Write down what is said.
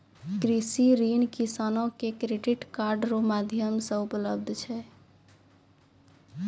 कृषि ऋण किसानो के क्रेडिट कार्ड रो माध्यम से उपलब्ध छै